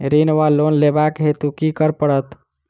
ऋण वा लोन लेबाक हेतु की करऽ पड़त?